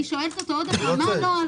אני שואלת אותו פעם נוספת מה הנוהל.